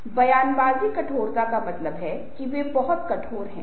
इसलिए समूह में बहुत सफल होने और काम पाने के लिए ये सभी बहुत महत्वपूर्ण हैं